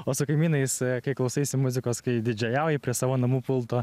o su kaimynais kai klausaisi muzikos kai didžėjauji prie savo namų pulto